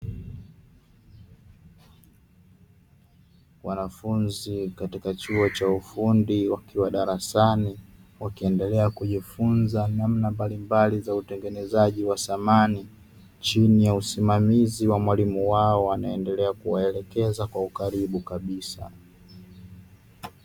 Wanafunzi katika chuo cha ufundi wakiwa darasani, wakiendelea kujifunza namna mbalimbali za utengenezaji wa samani chini ya usimamizi wa mwalimu wao anayeendelea kuwaelekeza kwa ukaribu kabisa.